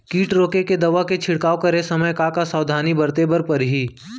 किट रोके के दवा के छिड़काव करे समय, का का सावधानी बरते बर परही?